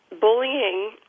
Bullying